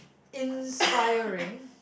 inspiring